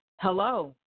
hello